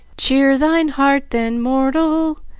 cheer thine heart, then, mortal,